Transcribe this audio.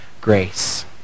grace